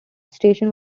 station